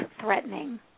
threatening